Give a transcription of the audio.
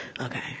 okay